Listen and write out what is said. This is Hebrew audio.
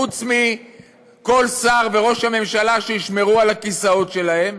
חוץ מכל שר וראש הממשלה שישמרו על הכיסאות שלהם?